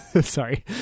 sorry